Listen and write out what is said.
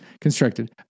constructed